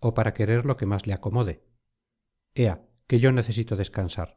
o para querer lo que más le acomode ea que yo necesito descansar